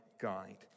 guide